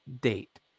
date